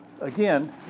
Again